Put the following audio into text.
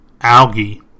algae